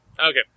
Okay